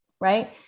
right